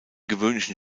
gewöhnlichen